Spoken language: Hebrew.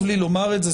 חשוב לי לומר את זה.